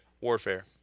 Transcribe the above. warfare